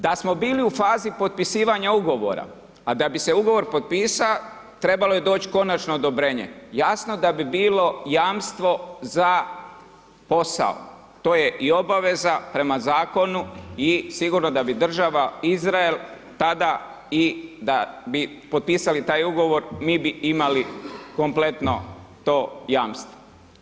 Da smo bili u fazi potpisivanja ugovora, a da bi se ugovor potpisao trebalo je doći konačno odobrenje, jasno da bi bilo jamstvo za posao, to je i obaveza prema zakonu i sigurno da bi država Izrael tada i da bi potpisivali taj ugovor, mi bi im ali kompletno to jamstvo.